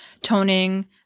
toning